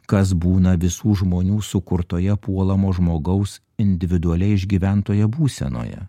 kas būna visų žmonių sukurtoje puolamo žmogaus individualiai išgyventoje būsenoje